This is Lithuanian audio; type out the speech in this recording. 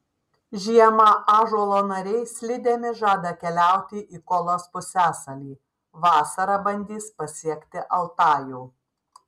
žiemą ąžuolo nariai slidėmis žada keliauti į kolos pusiasalį vasarą bandys pasiekti altajų